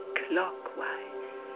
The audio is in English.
clockwise